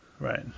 Right